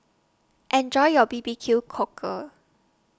Enjoy your B B Q Cockle